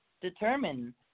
determine